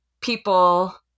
people